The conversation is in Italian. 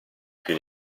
più